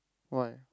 why